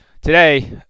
today